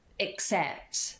accept